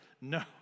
no